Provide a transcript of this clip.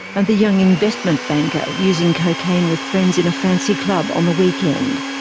and the young investment banker using cocaine with friends in a fancy club on the weekend.